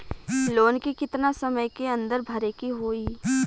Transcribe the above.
Loan के कितना समय के अंदर भरे के होई?